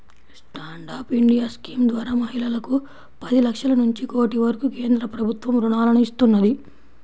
stand up India scheme ద్వారా మహిళలకు పది లక్షల నుంచి కోటి వరకు కేంద్ర ప్రభుత్వం రుణాలను ఇస్తున్నది